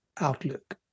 outlook